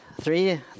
three